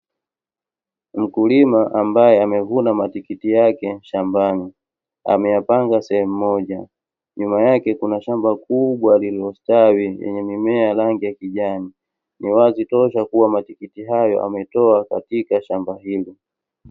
Mkulima ambaye amevuna matikiti yake shambani, ameyapanga sehemu moja. Nyuma yake kuna shamba kubwa lililostawi, lenye mimea ya rangi ya kijani. Ni wazi tosha kuwa matikiti hayo ametoa katika shamba hili.